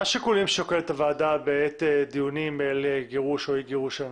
מה השיקולים ששוקלת הוועדה בעת דיונים על גירוש או אי גירוש האנשים?